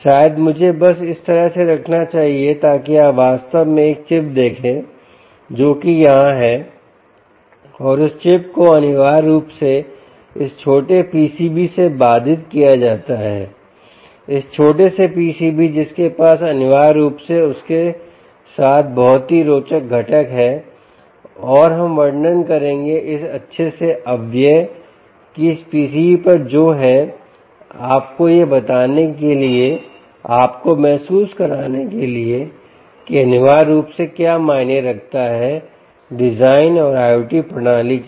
शायद मुझे बस इस तरह से रखना चाहिए ताकि आप वास्तव में एक चिप देखें जो कि यहाँ है और उस चिप को अनिवार्य रूप से इस छोटे PCB से बाधित किया जाता है इस छोटे से PCB जिसके पास अनिवार्य रूप से उसके साथ बहुत ही रोचक घटक है और हम वर्णन करेंगे इस अच्छे से अवयव की इस पीसीबी पर जो हैं आपको यह बताने के लिए आपको महसूस कराने के लिए कि यह अनिवार्य रूप से क्या मायने रखता है डिजाइन और IOT प्रणाली के लिए